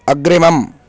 अग्रिमम्